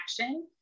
action